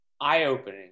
eye-opening